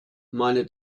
meine